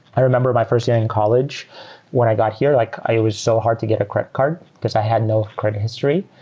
i remember my first year in college when i got here, like it was so hard to get a credit card, because i had no credit history.